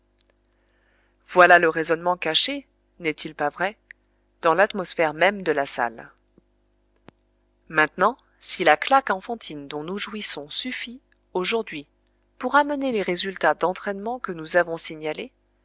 voilà le raisonnement caché n'est-il pas vrai dans l'atmosphère même de la salle maintenant si la claque enfantine dont nous jouissons suffit aujourd'hui pour amener les résultats d'entraînements que nous avons signalés